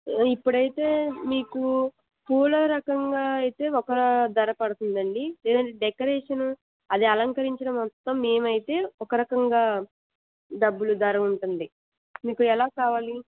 ఇప్పుడు అయితే మీకు పూలరకంగా అయితే ఒక ధర పడుతుంది అండి లేదంటే డెకరేషన్ అది అలంకరించడం మొత్తం మేము అయితే ఒక రకంగా డబ్బులు ధర ఉంటుంది మీకు ఎలా కావాలి